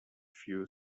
few